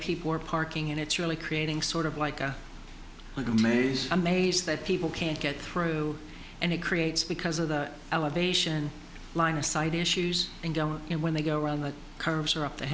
people are parking and it's really creating sort of like a like a maze amazed that people can't get through and it creates because of the elevation line of sight issues and down and when they go around the curves or up to